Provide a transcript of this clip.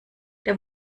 der